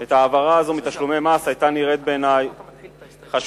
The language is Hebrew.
את ההעברה הזאת מתשלומי מס נראתה בעיני "חשודה",